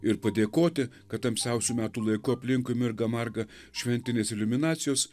ir padėkoti kad tamsiausiu metų laiku aplinkui mirga marga šventinės iliuminacijos